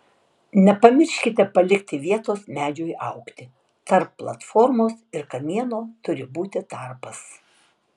nepamirškite palikti vietos medžiui augti tarp platformos ir kamieno turi būti tarpas